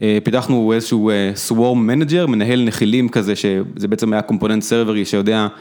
פיתחנו איזשהו Swarm Manager, מנהל נחילים כזה, שזה בעצם היה קומפוננט סרברי שיודע...